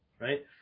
Right